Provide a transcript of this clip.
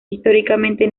históricamente